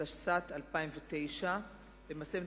התשס"ט 2009. למעשה,